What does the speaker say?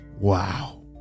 Wow